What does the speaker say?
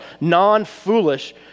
Non-foolish